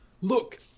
Look